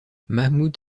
mahmoud